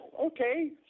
okay